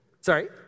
Sorry